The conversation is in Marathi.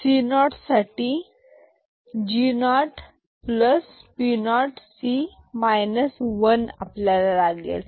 C 0 साठी G0 P0C 1 लागेल